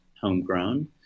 homegrown